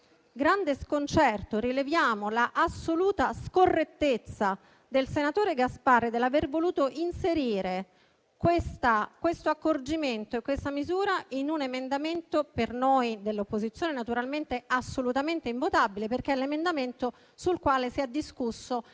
grande sconcerto rileviamo l'assoluta scorrettezza del senatore Gasparri nell'aver voluto inserire questo accorgimento e questa misura in un emendamento per noi dell'opposizione assolutamente invotabile, perché è l'emendamento sul quale si è discusso